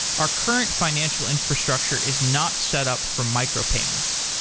our current financial infrastructure is not setup for micropayments.